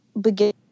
begin